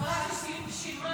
חברת הכנסת יסמין